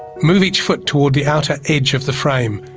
move each foot toward the outer edge of the frame,